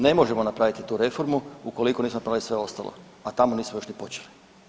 Ne možemo napraviti tu reformu ukoliko nismo napravili sve ostalo, a tamo nismo još ni počeli.